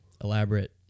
elaborate